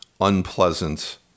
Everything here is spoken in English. unpleasant